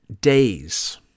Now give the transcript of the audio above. days